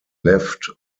left